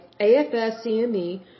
AFSCME